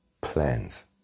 plans